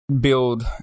build